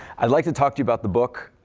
i'd like to talk to you about the book.